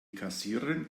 kassiererin